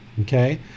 okay